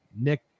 Nick